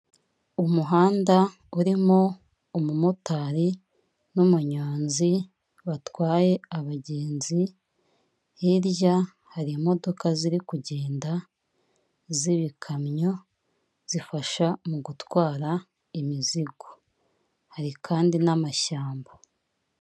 Umuhanda urimo umumotari n'umunyonzi batwaye abagenzi, hirya hari imodoka ziri kugenda z'ibikamyo zifasha mu gutwara imizigo, hari kandi n'amashyamba.